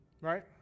right